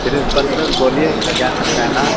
principal sir بولیے کہنا ہے